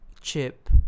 chip